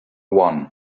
one